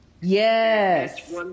Yes